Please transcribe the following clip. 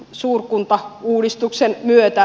arvoisa herra puhemies